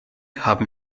haben